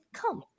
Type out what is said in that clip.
come